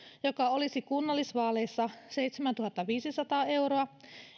joka olisi kunnallisvaaleissa seitsemäntuhattaviisisataa euroa